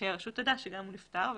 שהרשות תדע שהוא נפטר.